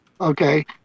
okay